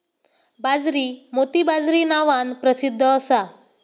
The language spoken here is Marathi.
बाजरी मोती बाजरी नावान प्रसिध्द असा